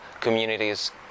communities